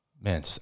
man